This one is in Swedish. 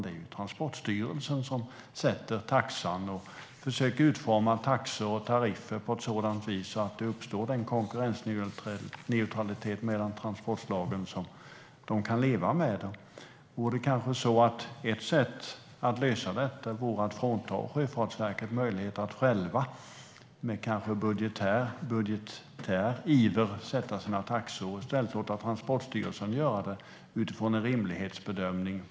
Det är Transportstyrelsen som sätter taxan och försöker utforma taxor och tariffer på ett sådant vis att den konkurrensneutralitet mellan transportslagen som de kan leva med uppstår. Ett sätt att lösa detta vore kanske att frånta Sjöfartsverket möjligheten att självt, kanske med budgetär iver, sätta sina taxor och i stället låta Transportstyrelsen göra detta utifrån en rimlighetsbedömning.